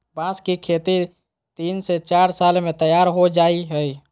बांस की खेती तीन से चार साल में तैयार हो जाय हइ